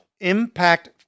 Impact